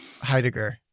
Heidegger